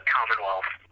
Commonwealth